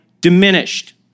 diminished